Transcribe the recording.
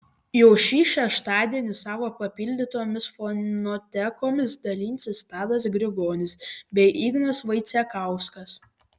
jau šį šeštadienį savo papildytomis fonotekomis dalinsis tadas grigonis bei ignas vaicekauskas